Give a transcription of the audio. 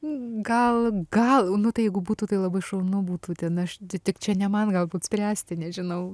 gal gal nu tai jeigu būtų labai šaunu būtų ten aš tik čia ne man galbūt spręsti nežinau